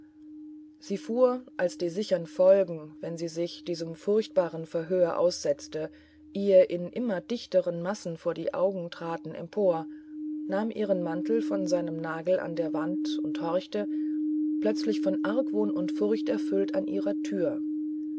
sie fuhr als die sichern folgen wenn sie sich diesem furchtbaren verhör aussetzte ihr in immer dichteren massen vor die augen traten empor nahm ihren mantel von seinem nagel an der wand und horchte plötzlich von argwohn und furcht erfüllt an ihrertür